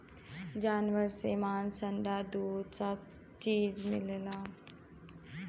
जानवर से मांस अंडा दूध स चीज मिलला